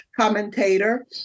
commentator